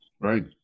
right